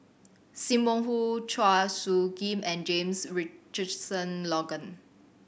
Sim Wong Hoo Chua Soo Khim and James Richardson Logan